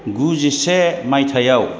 गुजिसे मायथाइआव